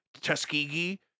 Tuskegee